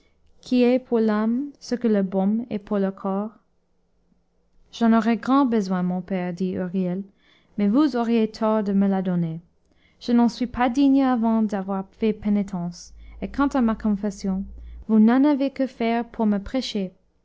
qui est pour l'âme ce que le baume est pour le corps j'en aurais grand besoin mon père dit huriel mais vous auriez tort de me la donner je n'en suis pas digne avant d'avoir fait pénitence et quant à ma confession vous n'en avez que faire pour me prêcher